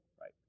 Right